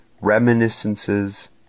reminiscences